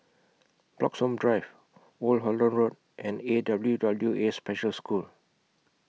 Bloxhome Drive Old Holland Road and A W W A Special School